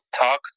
talk